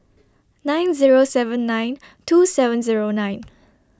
nine Zero seven nine two seven Zero nine